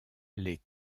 les